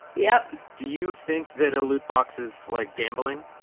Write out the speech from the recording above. yep do you think that a loot box is like gambling?